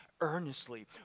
earnestly